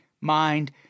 mind